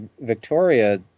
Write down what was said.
Victoria